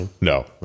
No